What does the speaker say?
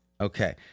Okay